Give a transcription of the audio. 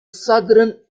southern